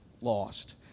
lost